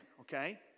Okay